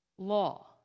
Law